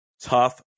Tough